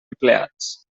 empleats